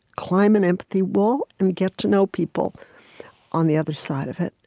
climb an empathy wall, and get to know people on the other side of it.